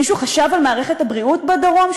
מישהו חשב על מערכת הבריאות בדרום?